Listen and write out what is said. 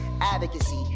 advocacy